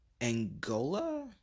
Angola